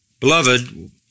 Beloved